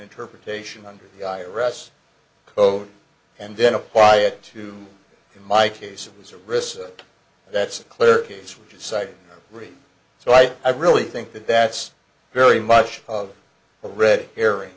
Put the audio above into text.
interpretation under the iraqi code and then apply it to in my case it was a risk that's a clear case which is cited so i i really think that that's very much of a red herring